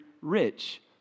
rich